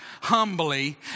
humbly